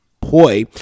Poi